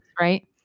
right